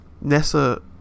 Nessa